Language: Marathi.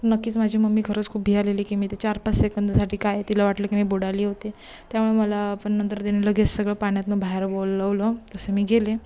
नक्कीच माझी मम्मी खरंच खूप भ्यालेली की मी ते चारपाच सेकंदासाठी काय तिला वाटलं की मी बुडाले होते त्यामुळे मला पण नंतर तिनं लगेच सगळं पाण्यातनं बाहेर बोलवलं तसं मी गेले